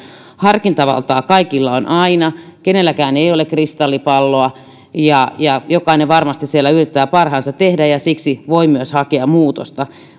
harkintavaltaa kaikilla on aina kenelläkään ei ole kristallipalloa ja ja jokainen varmasti siellä yrittää parhaansa tehdä ja siksi voi myös hakea muutosta